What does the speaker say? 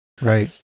Right